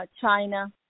China